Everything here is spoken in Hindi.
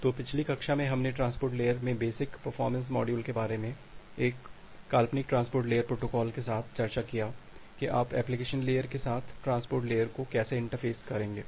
तो पिछली कक्षा में हमने ट्रांसपोर्ट लेयर में बेसिक परफॉरमेंस मॉड्यूल के बारे में एक काल्पनिक ट्रांसपोर्ट लेयर प्रोटोकॉल के साथ चर्चा किया कि आप एप्लीकेशन लेयर के साथ ट्रांसपोर्ट लेयर को कैसे इंटरफेस करेंगे